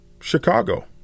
Chicago